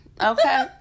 okay